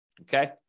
okay